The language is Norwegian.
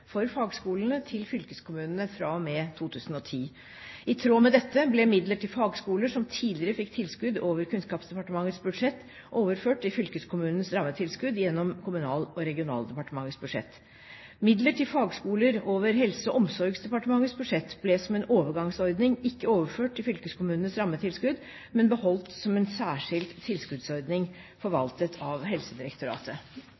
for fagskolene til fylkeskommunene fra og med 2010. I tråd med dette ble midler til fagskoler som tidligere fikk tilskudd over Kunnskapsdepartementets budsjett, overført til fylkeskommunenes rammetilskudd gjennom Kommunal- og regionaldepartementets budsjett. Midler til fagskoler over Helse- og omsorgsdepartementets budsjett ble som en overgangsordning ikke overført til fylkeskommunenes rammetilskudd, men beholdt som en særskilt tilskuddsordning